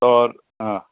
औरि हा